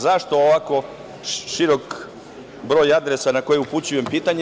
Zašto ovako širok broj adresa na koje upućujem pitanja?